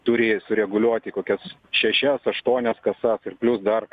turėjo sureguliuoti kokias šešias aštuonias kasas ir plius dar